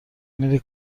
میری